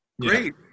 Great